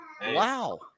Wow